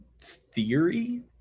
Theory